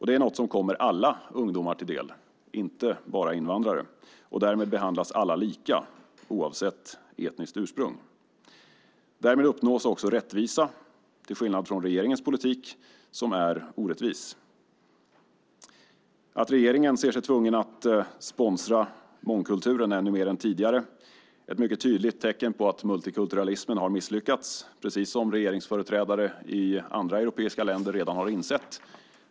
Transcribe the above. Det är något som kommer alla unga till del, inte bara invandrare, och därmed behandlas alla lika oavsett etniskt ursprung. Därmed uppnås också rättvisa, till skillnad från med regeringens politik som är orättvis. Att regeringen ser sig tvungen att sponsra mångkulturen ännu mer än tidigare är ett mycket tydligt tecken på att mångkulturalismen misslyckats, precis som regeringsföreträdare i flera andra europeiska länder redan har insett.